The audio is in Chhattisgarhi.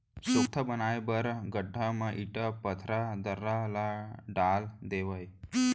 सोख्ता बनाए बर गड्ढ़ा म इटा, खपरा, दर्रा ल डाल देवय